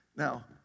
Now